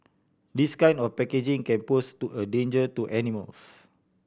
this kind of packaging can pose to a danger to animals